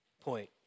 point